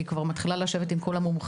כי היא כבר מתחילה לשבת עם כל המומחים.